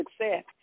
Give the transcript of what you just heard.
success